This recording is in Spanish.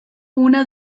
una